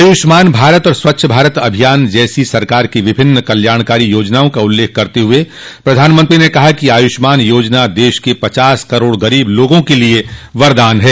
आयुष्मान भारत और स्वच्छ भारत अभियान जैसी सरकार की विभिन्न कल्याणकारी योजनाओं का उल्लेख करते हुए प्रधानमंत्री ने कहा कि आयुष्मान योजना देश के पचास करोड़ गरीब लोगों के लिए वरदान है